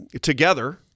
Together